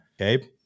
Okay